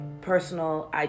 personal